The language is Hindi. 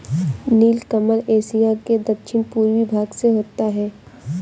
नीलकमल एशिया के दक्षिण पूर्वी भाग में होता है